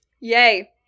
Yay